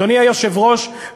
אדוני היושב-ראש,